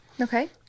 Okay